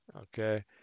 okay